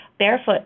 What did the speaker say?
barefoot